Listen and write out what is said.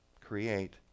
create